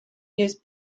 use